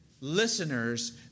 listeners